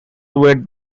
were